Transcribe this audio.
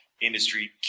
Industry